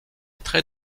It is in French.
trait